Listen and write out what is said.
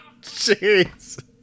jeez